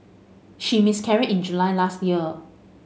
she miscarried in July last year